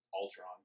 Ultron